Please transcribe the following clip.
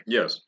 Yes